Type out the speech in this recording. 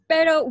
Pero